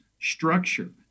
structure